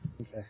Okay